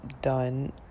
done